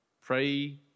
Pray